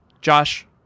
Josh